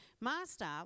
Master